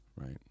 right